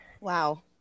Wow